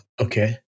Okay